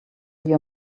your